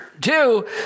two